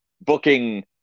booking